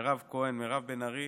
מירב כהן, מירב בן ארי